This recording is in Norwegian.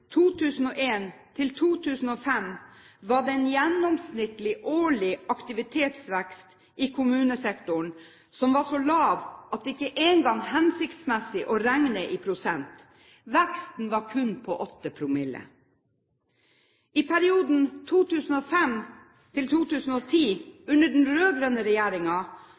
var det en gjennomsnittlig årlig aktivitetsvekst i kommunesektoren som var så lav at den ikke engang er hensiktsmessig å regne i prosent. Veksten var kun på 8 promille. I perioden 2005–2010, under den rød-grønne regjeringen, anslås den